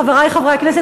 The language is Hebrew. חברי חברי הכנסת,